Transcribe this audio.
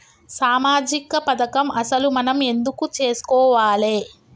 సామాజిక పథకం అసలు మనం ఎందుకు చేస్కోవాలే?